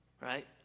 right